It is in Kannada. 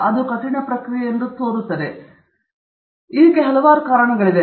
ಇದು ಸುಲಭದ ಪ್ರಕ್ರಿಯೆ ಅಲ್ಲ ಮತ್ತು ಅದಕ್ಕೆ ಹಲವಾರು ಕಾರಣಗಳಿವೆ